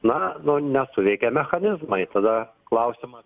na nu nesuveikė mechanizmai tada klausimas